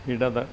ഇടത്